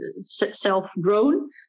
self-grown